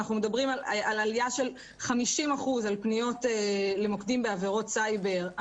אנחנו מדברים על עלייה של 50% בפניות למוקדים בעבירות סייבר,